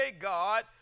God